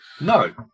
no